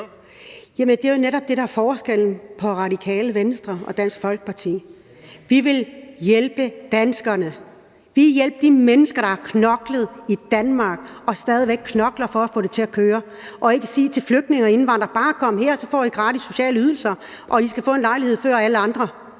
det, der er forskellen på Radikale Venstre og Dansk Folkeparti. Vi vil hjælpe danskerne. Vi vil hjælpe de mennesker, der har knoklet i Danmark og stadig væk knokler for at få det til at køre, og ikke sige til flygtninge og indvandrere: Bare kom her, så får I gratis sociale ydelser, og I kan få en lejlighed før alle andre.